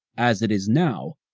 as it is now,